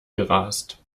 gerast